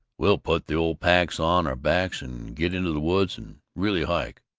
we'll put the old packs on our backs and get into the woods and really hike.